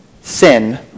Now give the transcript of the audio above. sin